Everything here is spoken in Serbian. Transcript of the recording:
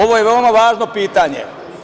Ovo je veoma važno pitanje.